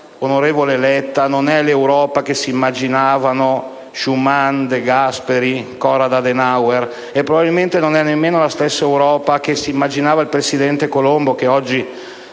onorevole Letta, non è l'Europa che si immaginavano Schuman, De Gasperi, Adenauer e, probabilmente, non è nemmeno la stessa Europa che si immaginava il presidente Colombo, che oggi